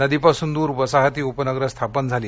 नदीपासून दूर वसाहती उपनगरं स्थापन झाली